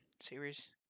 series